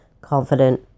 confident